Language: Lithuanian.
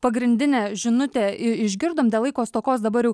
pagrindinę žinutę išgirdom dėl laiko stokos dabar jau